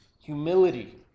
humility